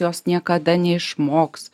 jos niekada neišmoks